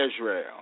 Israel